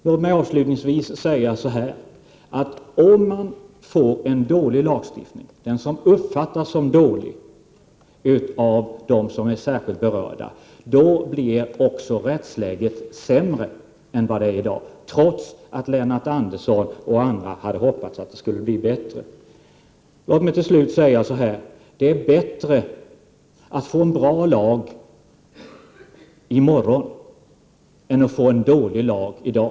Låt mig avslutningsvis säga att om man får en lagstiftning som uppfattas som dålig av dem som är särskilt berörda, blir rättsläget sämre än vad det är i dag, trots att Lennart Andersson och andra hade hoppats att det skulle bli bättre. Det är bättre att få en bra lag i morgon än att få en dålig lag i dag.